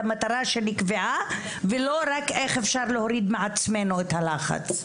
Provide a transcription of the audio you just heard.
למטרה שנקבעה ולא רק איך אפשר להוריד מעצמנו את הלחץ.